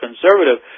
conservative